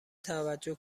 توجه